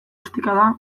ostikada